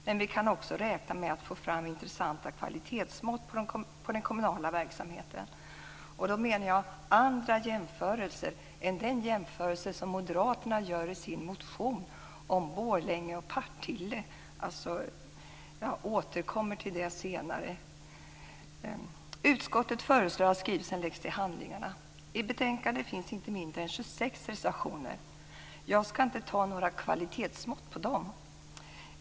Men vi kan också räkna med att få fram intressanta kvalitetsmått på den kommunala verksamheten. Då menar jag andra jämförelse än den jämförelse som moderaterna gör i sin motion om Borlänge och Partille. Jag återkommer till det senare. Utskottet föreslår att skrivelsen läggs till handlingarna. I betänkandet finns inte mindre än 26 reservationer. Jag ska inte ta några kvalitetsmått på dem.